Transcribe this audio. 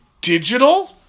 Digital